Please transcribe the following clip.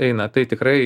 eina tai tikrai